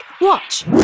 Watch